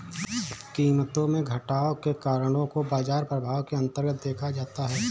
कीमतों में घटाव के कारणों को बाजार प्रभाव के अन्तर्गत देखा जाता है